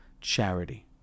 charity